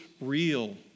real